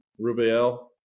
Rubiel